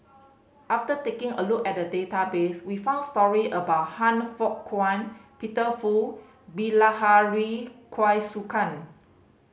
after taking a look at the database we found story about Han Fook Kwang Peter Fu Bilahari Kausikan